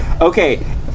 Okay